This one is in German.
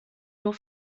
nur